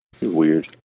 Weird